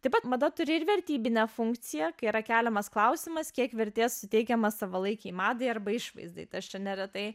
taip pat mada turi ir vertybinę funkciją kai yra keliamas klausimas kiek vertės suteikiama savalaikiai madai arba išvaizdai tai aš čia neretai